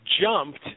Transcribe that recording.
jumped